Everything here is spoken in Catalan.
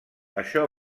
això